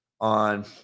on